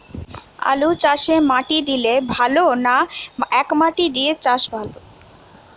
আলুচাষে মাটি দিলে ভালো না একমাটি দিয়ে চাষ ভালো?